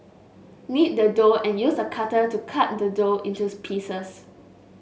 knead the dough and use a cutter to cut the dough into pieces